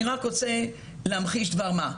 אני רוצה להמחיש דבר מה.